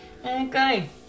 Okay